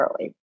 early